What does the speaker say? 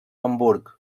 hamburg